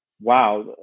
wow